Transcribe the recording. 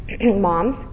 Moms